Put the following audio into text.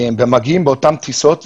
ומגיעים באותן טיסות,